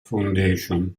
foundation